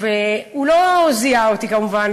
הוא לא זיהה אותי, כמובן.